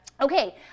Okay